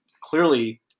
clearly